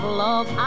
love